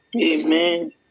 Amen